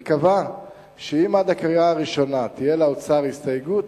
היא קבעה שאם עד הקריאה הראשונה תהיה לאוצר הסתייגות,